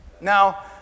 Now